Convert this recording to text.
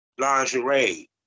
lingerie